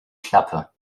klappe